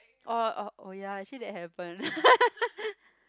oh oh oh ya actually that happened